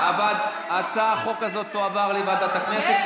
הצעת החוק הזה תועבר לוועדת הכנסת,